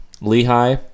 Lehigh